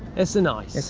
it's a nice.